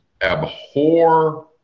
abhor